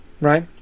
right